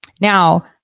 Now